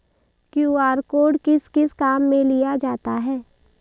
QR code किस किस काम में लिया जाता है?